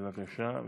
בבקשה וסליחה.